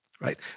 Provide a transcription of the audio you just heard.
right